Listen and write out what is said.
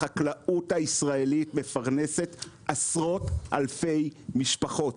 החקלאות הישראלית מפרנסת עשרות אלפי משפחות.